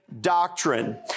doctrine